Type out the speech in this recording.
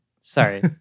Sorry